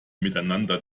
miteinander